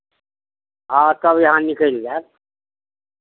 हँ तब अहाँ निकलि जायब